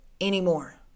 anymore